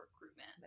recruitment